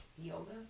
yoga